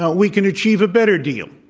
ah we can achieve a better deal.